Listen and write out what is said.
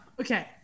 Okay